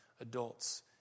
adults